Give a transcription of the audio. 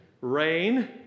Rain